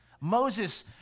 Moses